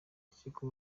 urukiko